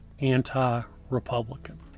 anti-Republican